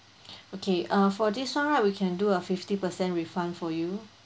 okay uh for this [one] right we can do a fifty per cent refund for you